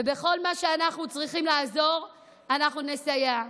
ובכל מה שאנחנו צריכים לעזור אנחנו נסייע.